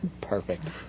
Perfect